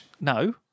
No